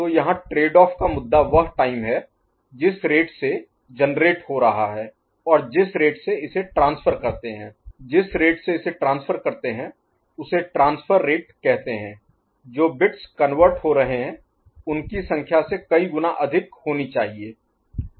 तो यहाँ trade off का मुद्दा वह टाइम है जिस रेट से जेनेरेट हो रहा है और जिस रेट से इसे ट्रांसफर करते हैं जिस रेट से इसे ट्रांसफर करते हैं उसे ट्रांसफर रेट कहते हैं जो बिट्स कन्वर्ट हो रहे हैं उनकी संख्या से कई गुना अधिक होनी चाहिए